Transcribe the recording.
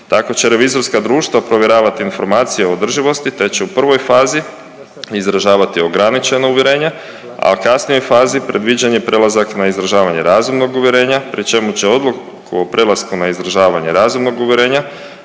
Tako će revizorska društva provjeravati informacije o održivosti će u prvoj fazi izražavati ograničena uvjerenja, a u kasnijoj fazi predviđen je prelazak na izražavanje razumnog uvjerenja, pri čemu će odluku o prelasku na izdržavanje razumnog uvjerenje